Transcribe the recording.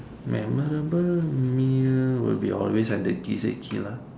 memorable meal will be always at the Kiseki lah